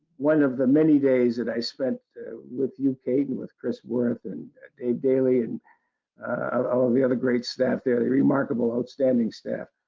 one of the many days that i spent with you, kate and with chris worth and dave dali and and all of the other great staff there, the remarkable outstanding staff.